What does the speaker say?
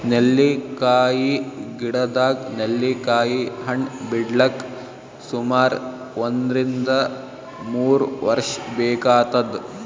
ನೆಲ್ಲಿಕಾಯಿ ಗಿಡದಾಗ್ ನೆಲ್ಲಿಕಾಯಿ ಹಣ್ಣ್ ಬಿಡ್ಲಕ್ ಸುಮಾರ್ ಒಂದ್ರಿನ್ದ ಮೂರ್ ವರ್ಷ್ ಬೇಕಾತದ್